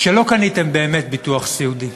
שלא קניתם באמת ביטוח סיעודי,